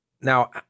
Now